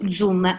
Zoom